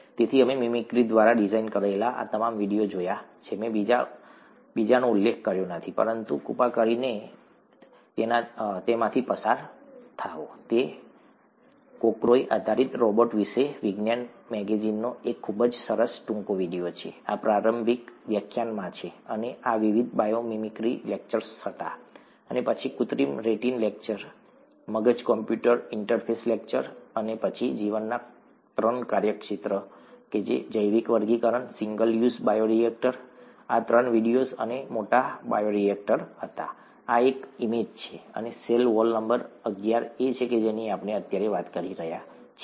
તેથી અમે મિમિક્રી દ્વારા ડિઝાઇન કરાયેલા આ તમામ વીડિયો જોયા છે મેં બીજાનો ઉલ્લેખ કર્યો નથી પરંતુ કૃપા કરીને તેમાંથી પસાર થાઓ તે કોકરોચ આધારિત રોબોટ વિશે વિજ્ઞાન મેગેઝિનનો એક ખૂબ જ સરસ ટૂંકો વિડિયો છે આ પ્રારંભિક વ્યાખ્યાનમાં છે અને આ વિવિધ બાયોમિમિક્રી લેક્ચર્સ હતા અને પછી કૃત્રિમ રેટિના લેક્ચર મગજ કોમ્પ્યુટર ઇન્ટરફેસ લેક્ચર અને પછી જીવનના ત્રણ કાર્યક્ષેત્ર જૈવિક વર્ગીકરણ સિંગલ યુઝ બાયોરિએક્ટર આ ત્રણ વિડીયો અને મોટા બાયોરેએક્ટર હતા આ એક ઈમેજ છે અને સેલ વોલ નંબર અગિયાર એ છે જેની આપણે અત્યારે વાત કરી રહ્યા છીએ